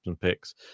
picks